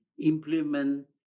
implement